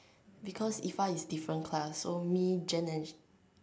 because if a is different class so me Jen and